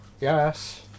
Yes